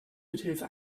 mithilfe